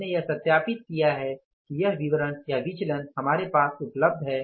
हमने यह सत्यापित किया है कि यह विवरण या विचलन हमारे पास उपलब्ध है